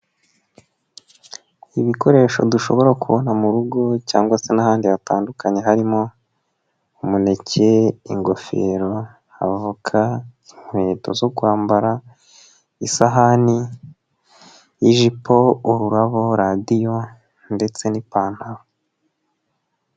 Ibikoresho dushobora kubona mu rugo cyangwa se n'ahandi hatandukanye harimo: umuneke, ingofero, avoka, inkweto zo kwambara, isahani, ijipo, ururabo, radiyo ndetse n'ipantaro.